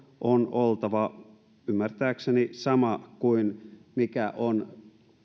on oltava ymmärtääkseni sama kuin on